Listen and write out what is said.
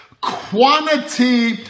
quantity